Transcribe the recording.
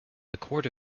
court